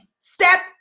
step